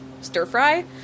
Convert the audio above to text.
stir-fry